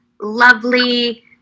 lovely